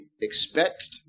expect